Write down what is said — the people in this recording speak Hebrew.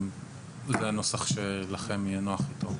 אם זה הנוסח שלכם יהיה נוח איתו.